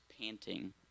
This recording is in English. panting